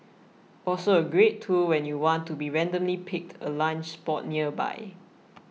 also a great tool when you want to be randomly pick a lunch spot nearby